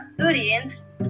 audience